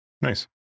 Nice